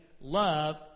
love